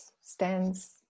stands